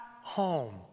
home